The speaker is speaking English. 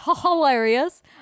hilarious